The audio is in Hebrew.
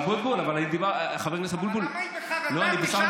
אבוטבול, חבר הכנסת אבוטבול, היא בחרדה, אני לא